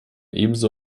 ebenso